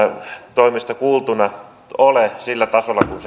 toimesta kuultuna ole sillä tasolla kuin